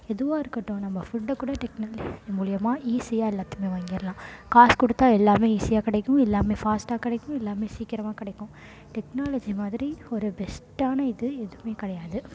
எதுவாக இருக்கட்டும் நம்ம ஃபுட்டை கூட டெக்னாலஜி மூலிமா ஈஸியாக எல்லாத்தையுமே வாங்கிடலாம் காசு கொடுத்தா எல்லாமே ஈஸியாக கிடைக்கும் எல்லாமே ஃபாஸ்ட்டாக கிடைக்கும் எல்லாமே சீக்கிரமாக கிடைக்கும் டெக்னாலஜி மாதிரி ஒரு பெஸ்ட்டான இது எதுவுமே கிடையாது